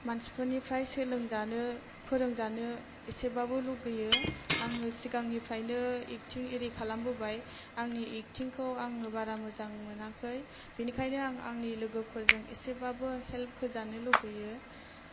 मानसिफोरनिफ्राय सोलोंजानो फोरोंजानो एसेबाबो लुबैयो आङो सिगांनिफ्रायनो एकटिं एरि खालामबोबाय आंनि एकटिंखौ आंनो बारा मोजां मोनाखै बेनिखायनो आं आंनि लोगोफोरजोंं एसेबाबो हेल्फ होजानो लुबैयो